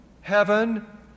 heaven